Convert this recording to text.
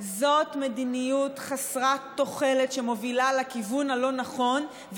זאת מדיניות חסרת תוחלת שמובילה לכיוון הלא-נכון.